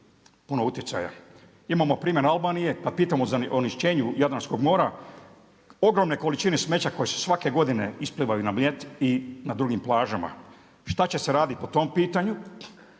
puno utjecaja. Imamo primjer Albanije, pa pitamo za onečišćenje Jadranskog mora, ogromne količine smeća koje svake godine isplivaju na Mljet i na drugim plažama. Šta će se raditi po tom pitanju